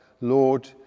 Lord